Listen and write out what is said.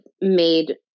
made